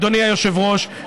אדוני היושב-ראש,